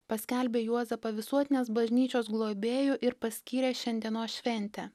paskelbė juozapą visuotinės bažnyčios globėju ir paskyrė šiandienos šventę